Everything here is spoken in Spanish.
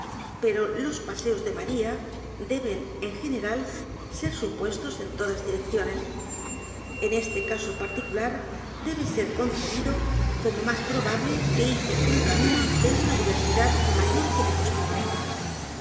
ocupaciones perolos paseos de maría deben en general ser supuestos en todas direcciones en este caso particular debe s e r i concebido como más probable que hizo un camino de una diversidad mayor que de costumbre